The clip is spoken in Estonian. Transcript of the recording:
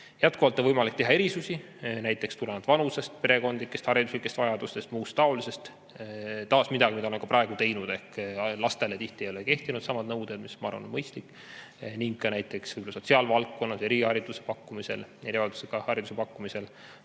Jätkuvalt on võimalik teha erisusi, näiteks tulenevalt vanusest, perekondlikest ja hariduslikest vajadustest, muust taolises. Taas midagi, mida oleme ka praegu teinud, ehk lastele tihti ei ole kehtinud samad nõuded, mis minu arvates on mõistlik. Ja näiteks sotsiaalvaldkonnas erihariduse pakkumisel, erivajadusega [lastele]